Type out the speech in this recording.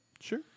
Sure